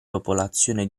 popolazione